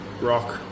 rock